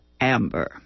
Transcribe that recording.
amber